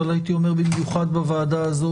אבל הייתי אומר במיוחד בוועדה הזו,